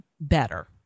better